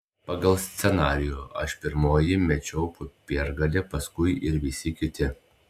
pagal scenarijų aš pirmoji mečiau popiergalį paskui ir visi kiti